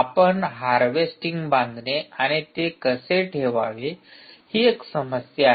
आपण हार्वेस्टिंग बांधणे आणि ते कसे ठेवावे ही एक समस्या आहे